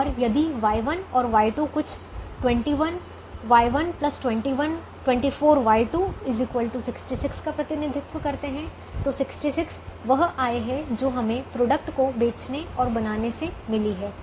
और यदि Y1 और Y2 कुछ 21Y1 24Y2 66 का प्रतिनिधित्व करते हैं तो 66 वह आय है जो हमें प्रोडक्ट को बेचने और बनाने से मिली है